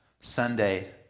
Sunday